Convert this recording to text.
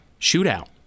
shootout